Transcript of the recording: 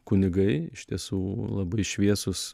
kunigai iš tiesų labai šviesūs